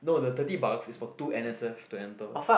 no the thirty bucks is for two N_S_F to enter